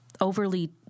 overly